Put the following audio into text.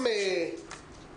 גם מדובר על עשרות אלפים.